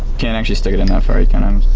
can't actually stick it in that far you can um